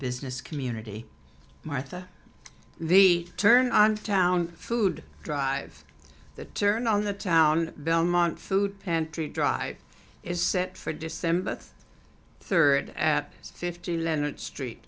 business community martha the turn on town food drive the turn on the town belmont food pantry drive is set for december third at fifty leonard street